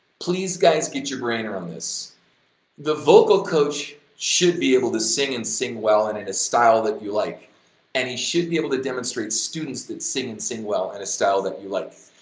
please guys, get your brain around this the vocal coach should be able to sing and sing well and in a style that you like and he should be able to demonstrate students that sing and sing well in a style that you like.